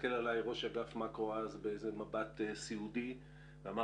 הסתכל עלי ראש אגף מקרו במבט סיעודי ואמר